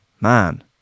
Man